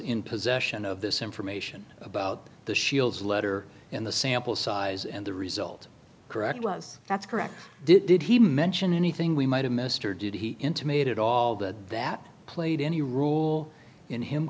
in possession of this information about the shields letter in the sample size and the result correct was that's correct did did he mention anything we might have missed or did he intimated all that that played any rule in him